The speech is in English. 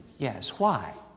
yes. why?